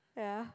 ya